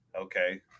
Okay